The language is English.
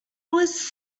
was